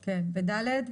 ו-ד'?